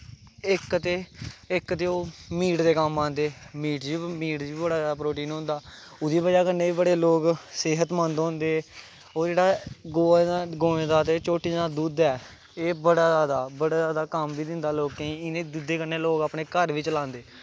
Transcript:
इक ते इक ते ओह् मीट दे कम्म आंदे मीट च मीट च बी बड़ा जादा प्रोटीन होंदा ओह्दी बजह् कन्नै बी बड़े लोग सेह्तमंद होंदे ओह् जेह्ड़ा गवै गवें दा ते झोटी दा दुद्ध ऐ एह् बड़ा जादा बड़ा जादा कम्म बी दिंदा लोकें गी इ'नें दुद्धै कन्नै लोग अपने घर बी चलांदे